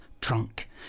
trunk